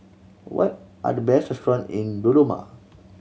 what are the best restaurant in Dodoma